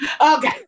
Okay